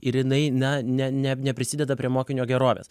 ir jinai na ne ne neprisideda prie mokinio gerovės